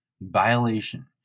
violation